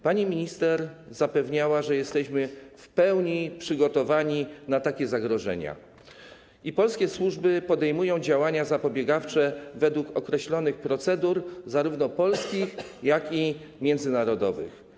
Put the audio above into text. Pani minister zapewniała, że jesteśmy w pełni przygotowani na takie zagrożenia i że polskie służby podejmują działania zapobiegawcze według określonych procedur zarówno polskich, jak i międzynarodowych.